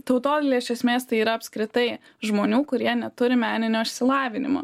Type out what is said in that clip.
tautodailė iš esmės tai yra apskritai žmonių kurie neturi meninio išsilavinimo